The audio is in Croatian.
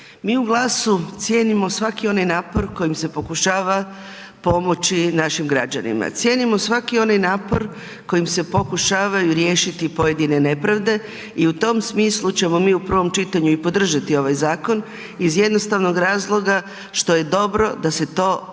Mi u GLAS-u cijenimo svaki onaj napor kojim se pokušava pomoći našim građanima, cijenimo svaki onaj napor kojim se pokušavaju riješiti pojedine nepravde i u tom smislu ćemo mi u prvom čitanju i podržati ovaj zakon iz jednostavnog razloga što je dobro da se to počinje